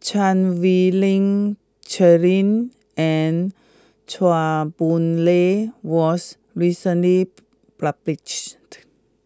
Chan Wei Ling Cheryl and Chua Boon Lay was recently published